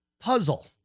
puzzle